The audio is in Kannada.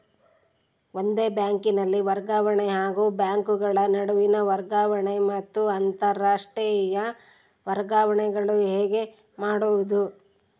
ಒಂದೇ ಬ್ಯಾಂಕಿನಲ್ಲಿ ವರ್ಗಾವಣೆ ಹಾಗೂ ಬ್ಯಾಂಕುಗಳ ನಡುವಿನ ವರ್ಗಾವಣೆ ಮತ್ತು ಅಂತರಾಷ್ಟೇಯ ವರ್ಗಾವಣೆಗಳು ಹೇಗೆ ಮಾಡುವುದು?